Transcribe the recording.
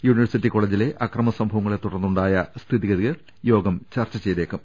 university കോളജിലെ അക്രമസംഭവങ്ങളെ തുടർന്നുണ്ടായ സ്ഥിതിഗതികൾ യോഗം ചർച്ച ചെയ്തേക്കും